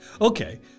Okay